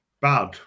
bad